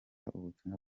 ubutumwa